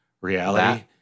reality